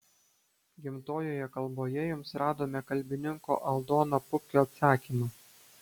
gimtojoje kalboje jums radome kalbininko aldono pupkio atsakymą